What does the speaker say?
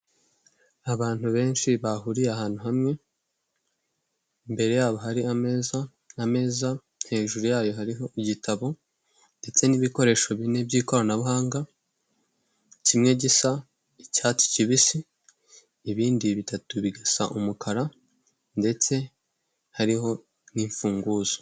Abantu benshi bahuriye ahantu hamwe, imbere yabo hari ameza, ameza hejuru yayo hariho igitabo ndetse n'ibikoresho bine by'ikoranabuhanga, kimwe gisa icyatsi kibisi, ibindi bitatu bigasa umukara ndetse hariho n'imfunguzo.